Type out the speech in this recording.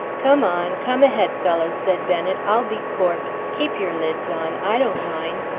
come on, come ahead, fellows, said bennet i'll be corpse. keep your lids on. i don't mind.